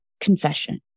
confession